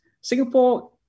Singapore